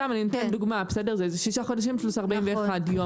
סתם אני נותנת דוגמה, ששה חודשים פלוס 41 יום.